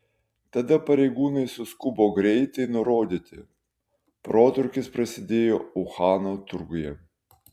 tada pareigūnai suskubo greitai nurodyti protrūkis prasidėjo uhano turguje